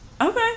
Okay